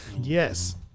Yes